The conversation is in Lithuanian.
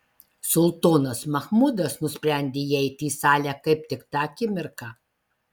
sultonas machmudas nusprendė įeiti į salę kaip tik tą akimirką